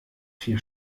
vier